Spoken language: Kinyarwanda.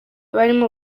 barimo